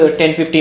10-15